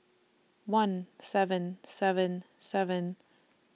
one seven seven seven